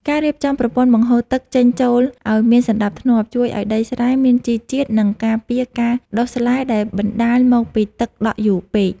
ការរៀបចំប្រព័ន្ធបង្ហូរទឹកចេញចូលឱ្យមានសណ្តាប់ធ្នាប់ជួយឱ្យដីស្រែមានជីជាតិ និងការពារការដុះស្លែដែលបណ្តាលមកពីទឹកដក់យូរពេក។